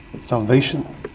salvation